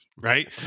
right